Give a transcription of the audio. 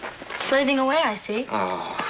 slaving away, i see. oh,